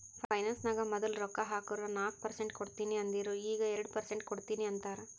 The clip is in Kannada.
ಫೈನಾನ್ಸ್ ನಾಗ್ ಮದುಲ್ ರೊಕ್ಕಾ ಹಾಕುರ್ ನಾಕ್ ಪರ್ಸೆಂಟ್ ಕೊಡ್ತೀನಿ ಅಂದಿರು ಈಗ್ ಎರಡು ಪರ್ಸೆಂಟ್ ಕೊಡ್ತೀನಿ ಅಂತಾರ್